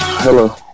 hello